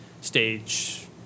Stage